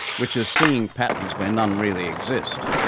which is seeing patterns where none really exist.